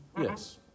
Yes